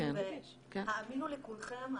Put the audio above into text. האמינו לי כולכם,